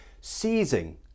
seizing